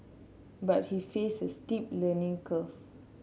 but he faced a steep learning curve